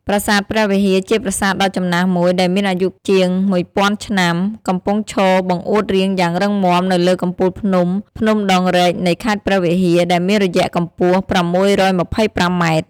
ប្រាសាទព្រះវិហារ ជាប្រាសាទដ៏ចំណាស់មួយដែលមានអាយុជាងមួយពាន់ឆ្នាំ កំពុងឈរបង្អួតរាងយ៉ាងរឹងមាំនៅលើកំពូលភ្នំភ្នំដងរែកនៃខេត្តព្រះវិហារ ដែលមានរយៈកម្ពស់ ៦២៥ម៉ែត្រ។